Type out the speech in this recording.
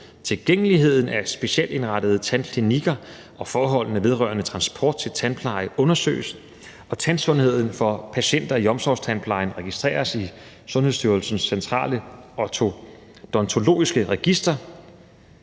tilgængeligheden af specialindrettede tandklinikker og forholdene vedrørende transport til tandpleje undersøges; og tandsundheden hos patienter i omsorgstandplejen registreres i Sundhedsstyrelsens Centrale Odontologiske Register,